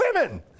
women